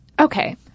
Okay